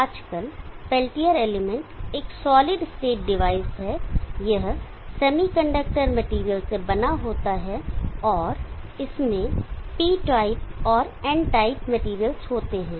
आजकल Peltier element एक solid state device है यह सेमीकंडक्टर मैटेरियल से बना होता है और इसमें P टाइप और n टाइप मैटेरियल्स होते हैं